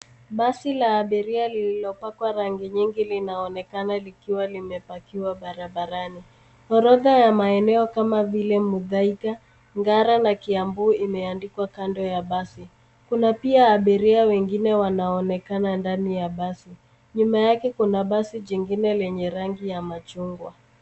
Basi la abiria lililopakwa rangi nyingi linaonekana likiwa limepakiwa barabarani. Orodha ya maeneo kama vile Muthaiga, Ngara, na Kiambu imeandikwa kando ya basi. Kuna pia abiria wengine wanaoonekana ndani ya basi. Nyuma yake kuna basi jengine lenye rangi ya machungwa.